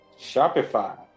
Shopify